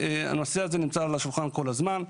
הנושא הזה נמצא על השולחן כל הזמן.